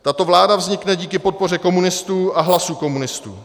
Tato vláda vznikne díky podpoře komunistů a hlasů komunistů.